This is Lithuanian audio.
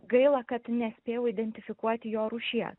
gaila kad nespėjau identifikuoti jo rūšies